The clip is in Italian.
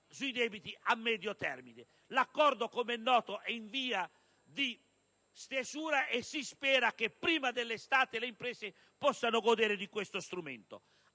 su quelli a medio termine. L'accordo, com'è noto, è in via di stesura e si spera che prima dell'estate le imprese possano godere di questo strumento.